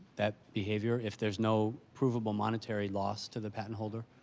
that behavior if there's no provable monetary loss to the patent holder?